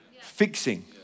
fixing